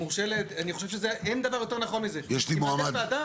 יקבע שר הפנים